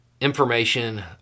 information